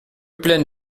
plaine